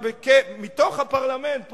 אבל מתוך הפרלמנט,